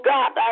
God